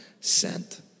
sent